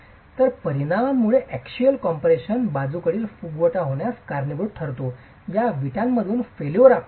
तर परिणामामुळे axial compression बाजूकडील फुगवटा होण्यास कारणीभूत ठरतो या विटांमधील फैलूर आपणास दिसेल